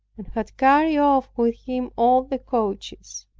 and had carried off with him all the coaches.